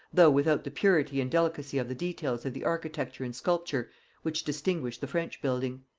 though without the purity and delicacy of the details of the architecture and sculpture which distinguish the french building.